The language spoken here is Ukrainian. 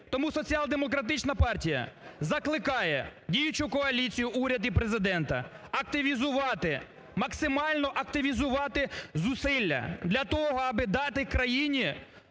Тому Соціал-демократична партія закликає діючу коаліцію, уряд і Президента активізувати, максимально активізувати зусилля для того, аби дати країні